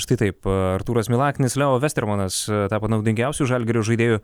štai taip artūras milaknis leo vestermanas tapo naudingiausiu žalgirio žaidėju